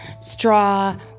Straw